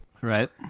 right